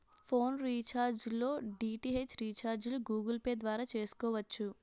phone recharge లో DTH రీఛార్జిలు Google Pay ద్వారా చేసుకోవచ్చు